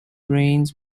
branes